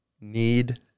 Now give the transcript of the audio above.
need